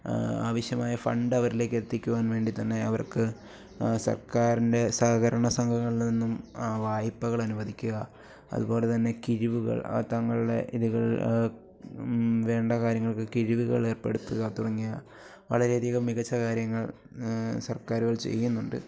ആവശ്യമായ ഫണ്ട് അവരിലേക്ക് എത്തിക്കുവാൻ വേണ്ടി തന്നെ അവർക്ക് സർക്കാരിൻ്റെ സഹകരണ സംഘങ്ങളിൽ നിന്നും വായ്പകൾ അനുവദിക്കുക അതുപോലെ തന്നെ കിഴിവുകൾ ആ തങ്ങളുടെ ഇതുകൾ വേണ്ട കാര്യങ്ങൾക്ക് കിഴിവുകൾ ഏർപ്പെടുത്തുക തുടങ്ങിയ വളരെയധികം മികച്ച കാര്യങ്ങൾ സർക്കാരുകൾ ചെയ്യുന്നുണ്ട്